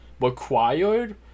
required